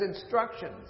instructions